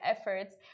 efforts